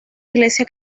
iglesia